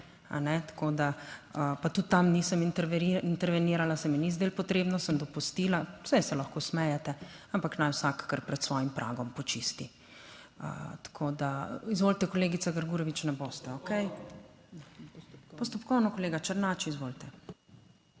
pa tudi tam nisem intervenirala, se mi ni zdelo potrebno, sem dopustila. Saj se lahko smejete, ampak naj vsak kar pred svojim pragom počisti. Tako da… Izvolite, kolegica Grgurevič. Ne boste? Okej. Postopkovno, kolega Černač. Izvolite.